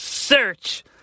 search